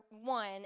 one